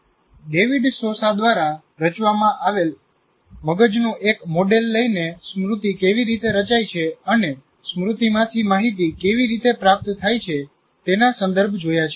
David Sousa દ્વારા રચવામાં આવેલ મગજનું એક મોડેલ લઈને સ્મૃતિ કેવી રીતે રચાય છે અને સ્મૃતિ માંથી માહિતી કેવી રીતે પ્રાપ્ત થાય છે તેના સંદર્ભ જોયા છે